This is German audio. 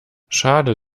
schade